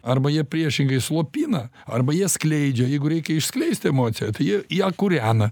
arba jie priešingai slopina arba jie skleidžia jeigu reikia išskleist emociją tai jie ją kūrena